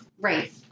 Right